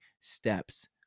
steps